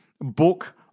book